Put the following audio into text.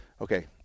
Okay